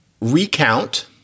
Recount